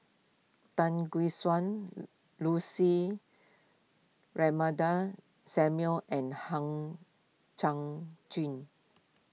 Tan Gek Suan Lucy Samuel and Hang Chang Chieh